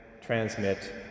transmit